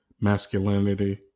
masculinity